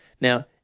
Now